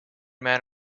men